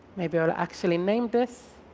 maybe i will actually name this.